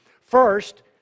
First